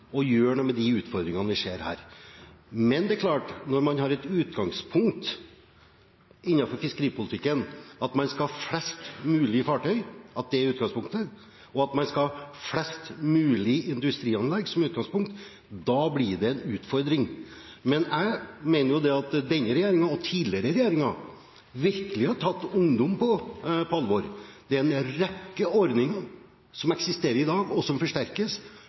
klart at når man har som utgangspunkt innenfor fiskeripolitikken at man skal ha flest mulig fartøy, og at man skal ha flest mulig industrianlegg, da blir det en utfordring. Men jeg mener at denne regjeringen og tidligere regjeringer virkelig har tatt ungdom på alvor. Det er en rekke ordninger som eksisterer i dag, og som forsterkes,